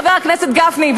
חבר הכנסת גפני,